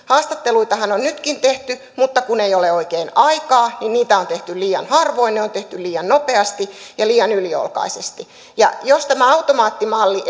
haastatteluitahan on nytkin tehty mutta kun ei ole oikein aikaa niin niitä on tehty liian harvoin ne on tehty liian nopeasti ja liian yliolkaisesti jos tämä automaattimalli